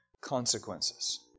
consequences